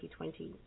2020